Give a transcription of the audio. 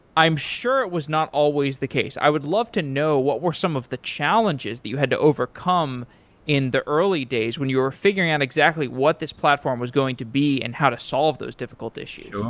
i'm sure it was not always the case. i would love to know what were some of the challenges that you had to overcome i the early days when you're figuring out exactly what this platform was going to be and how to solve those difficult issues.